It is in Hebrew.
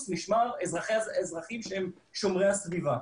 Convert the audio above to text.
אנשים דרך המשמר האזרחי לשומרי הסביבה?